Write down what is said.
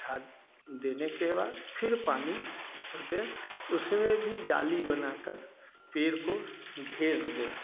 खाद देने के बाद फिर पानी उसको दें उसमें भी जाली बना कर पेड़ को घेर दें